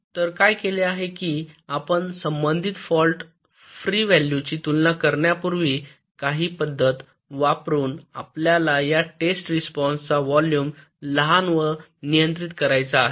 तर काय केले आहे कि आपण संबंधित फॉल्ट फ्री व्हॅलू ची तुलना करण्यापूर्वी काही पद्धत वापरुन आपल्याला या टेस्ट रिस्पॉन्सचा व्हॉल्युम लहान व नियंत्रित करायचा आहे